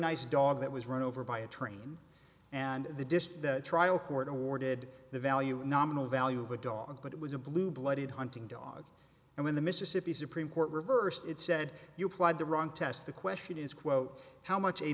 nice dog that was run over by a train and the disc the trial court awarded the value nominal value of a dog but it was a blue blooded hunting dog and when the mississippi supreme court reversed it said you applied the wrong test the question is quote how much a